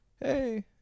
Hey